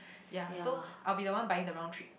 yea so I will be the one buying the round trip